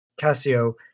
Casio